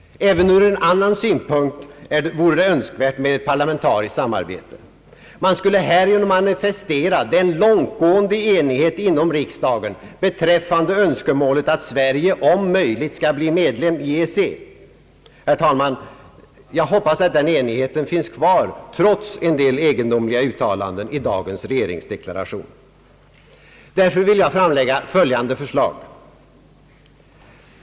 Även ur en annan synpunkt vore det önskvärt med parlamentariskt samarbete. Man skulle härigenom manifestera den långigående enigheten inom riksdagen beträffande önskemålet att Sverige om möjligt skall bli medlem i EEC. Herr talman, jag hoppas att den enigheten finns kvar trots en del egendomliga uttalanden i dagens regeringsdeklaration. Därför vill jag framlägga följande förslag.